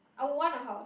I would want a house